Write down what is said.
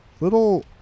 little